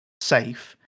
safe